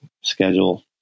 schedule